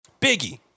Biggie